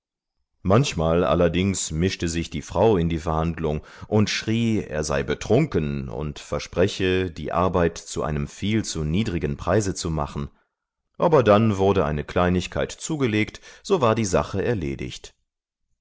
manchmal allerdings mischte sich die frau in die verhandlung und schrie er sei betrunken und verspreche die arbeit zu einem viel zu niedrigen preise zu machen aber wurde dann eine kleinigkeit zugelegt so war die sache erledigt